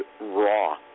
raw